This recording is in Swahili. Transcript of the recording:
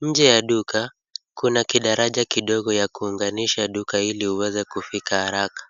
Nje ya duka kuna kidaraja kidogo ya kuunganisha duka ili uweza kufika haraka.